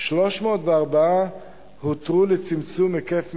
ו-304 הותרו לצמצום היקף משרה.